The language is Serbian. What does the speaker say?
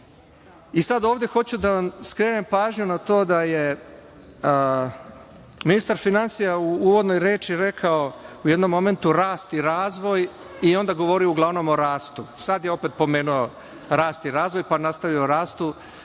sada ovde hoću da vam skrenem pažnju na to da je ministar finansija u uvodnoj reči rekao u jednom momentu – rast i razvoj i onda govorio uglavnom o rastu, sada je opet pomenuo rast i razvoj, pa nastavio o rastu.